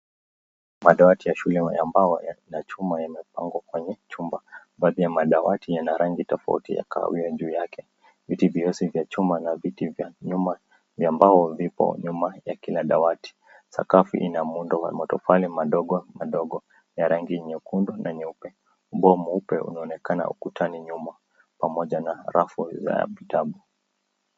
Madawati ya shule ya mbao na chuma yamepangwa kwenye chumba. Baadhi ya madawati yana rangi tofauti ya kahawia juu yake. Viti vyote vya chuma na viti vya nyuma vya mbao vipo nyuma ya kila dawati. Sakafu ina muundo wa matofali madogo madogo ya rangi nyekundu na nyeupe. Ubao mweupe unaonekana ukutani nyuma pamoja na rafu za vitabu.